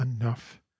enough